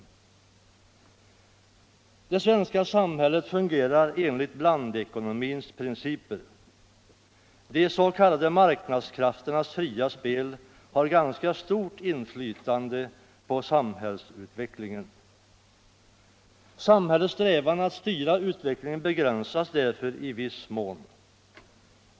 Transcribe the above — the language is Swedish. Allmänpolitisk debatt Allmänpolitisk debatt Det svenska samhället fungerar enligt blandekonomins principer. De s.k. marknadskrafternas fria spel har ganska stort inflytande på samhällsutvecklingen. Samhällets strävan att styra utvecklingen begränsas därför i viss mån.